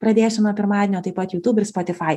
pradėsiu nuo pirmadienio taip pat jutūb ir spotifai